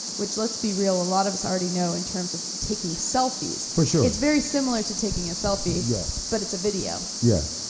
which, let's be real, a lot of us already know in terms of taking selfies. for sure. it's very similar to taking a selfie, yeah but it's a video. yeah,